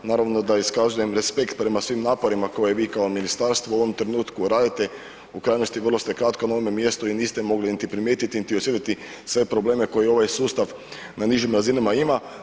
Naravno da iskazujem respekt prema svim naporima koje vi kao ministarstvo u ovom trenutku radite, u krajnosti vrlo ste kratko na ovome mjestu i niste mogli niti primijetiti, niti osjetiti sve probleme koje ovaj sustav na nižim razinama ima.